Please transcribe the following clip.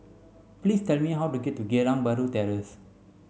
please tell me how to get to Geylang Bahru Terrace